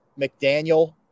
McDaniel